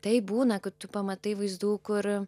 taip būna kad tu pamatai vaizdų kur